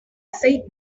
said